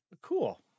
Cool